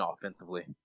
offensively